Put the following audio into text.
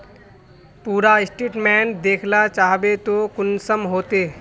पूरा स्टेटमेंट देखला चाहबे तो कुंसम होते?